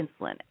insulin